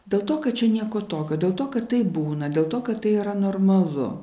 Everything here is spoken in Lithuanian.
dėl to kad čia nieko tokio dėl to kad taip būna dėl to kad tai yra normalu